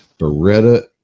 Beretta